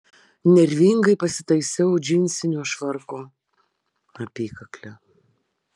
nervingai pasitaisiau džinsinio švarko apykaklę